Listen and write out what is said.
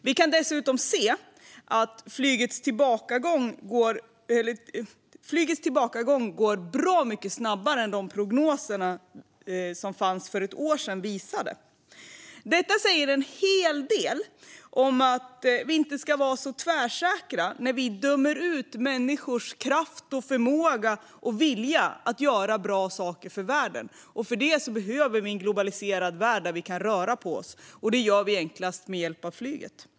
Vi kan dessutom se att flygets tillbakagång går bra mycket snabbare än prognoserna visade för ett år sedan. Detta säger en hel del om att vi inte ska vara så tvärsäkra när vi dömer ut människors kraft, förmåga och vilja att göra bra saker för världen. För detta behöver vi en globaliserad värld där vi kan röra på oss, och det gör vi enklast med hjälp av flyget.